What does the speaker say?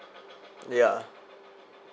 yeah